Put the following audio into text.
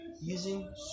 using